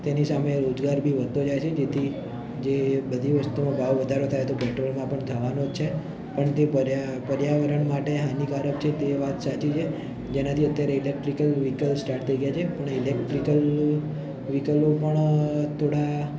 તેની સામે રોજગાર બી વધતો જાય છે તેથી જે બધી વસ્તુનો ભાવ વધારો થાય તો પેટ્રોલમાં પણ થવાનો જ છે પણ તે પર્યા પર્યાવરણ માટે હાનિકારક છે તે વાત સાચી છે જેનાથી અત્યારે ઇલેક્ટ્રિકલ સ્ટાટ થઈ ગયાં છે પણ ઇલેક્ટ્રિકલ વ્હીકલો પણ થોડાં